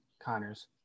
Connors